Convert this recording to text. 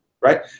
right